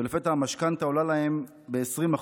ולפתע המשכנתה עולה להם ב-20%,